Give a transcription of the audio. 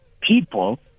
people